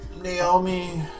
Naomi